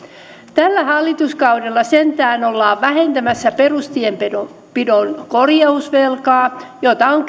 tällä hallituskaudella sentään ollaan vähentämässä perustienpidon korjausvelkaa jota on